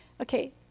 Okay